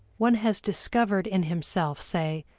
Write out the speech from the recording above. one has discovered in himself, say,